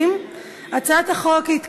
להעביר את הצעת חוק הסדרים במשק המדינה